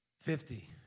fifty